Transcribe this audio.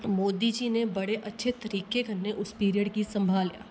मौदी जी ने बडे अच्छे तरीके कन्नै पिरिअड गी संभालेआ